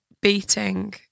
beating